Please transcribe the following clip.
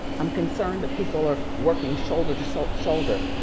i'm concerned that people are working shoulder to so shoulder.